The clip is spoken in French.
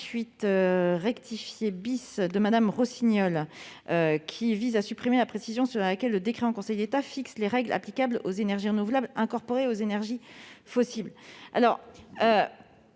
rectifié vise à supprimer la précision selon laquelle le décret en Conseil d'État fixe les règles applicables aux énergies renouvelables incorporées aux énergies fossiles. Nous